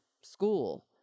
school